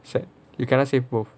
sad you cannot save both